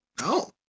No